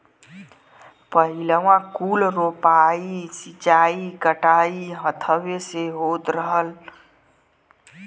पहिलवाँ कुल रोपाइ, सींचाई, कटाई हथवे से होत रहल